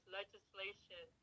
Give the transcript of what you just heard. legislation